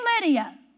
Lydia